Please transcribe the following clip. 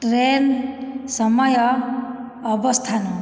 train ସମୟ ଅବସ୍ଥାନ